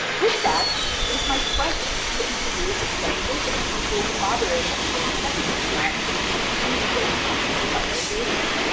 with that, it is my pleasure to introduce jenny davis, who will be moderating today's second panel on community-based language revitalization.